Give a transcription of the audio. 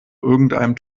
irgendeinem